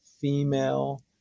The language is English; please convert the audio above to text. female